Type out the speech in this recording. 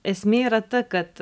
esmė yra ta kad